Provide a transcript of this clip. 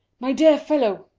my dear fellow!